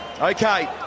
Okay